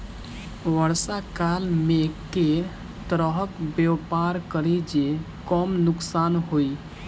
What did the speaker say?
वर्षा काल मे केँ तरहक व्यापार करि जे कम नुकसान होइ?